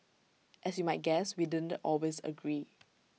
as you might guess we didn't always agree